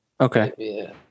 Okay